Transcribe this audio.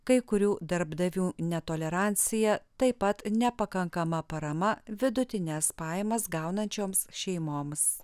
kai kurių darbdavių netolerancija taip pat nepakankama parama vidutines pajamas gaunančioms šeimoms